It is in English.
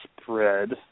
spread